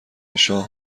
شاه